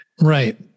right